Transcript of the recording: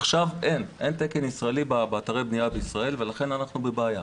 עכשיו אין תקן ישראלי באתרי הבנייה בישראל ולכן אנחנו בבעיה.